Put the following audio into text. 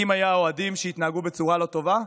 כי אם היו אוהדים שהתנהגו בצורה לא טובה,